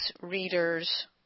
readers